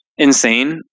Insane